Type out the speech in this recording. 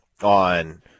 on